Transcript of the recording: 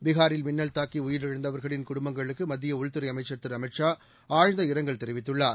பிகாரில் மின்னல் தாக்கி உயிரிழந்தவர்களின் குடும்பங்களுக்கு மத்திய உள்துறை அமைச்சர் திரு அமித் ஷா ஆழ்ந்த இரங்கல் தெரிவித்துள்ளார்